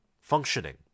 functioning